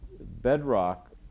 bedrock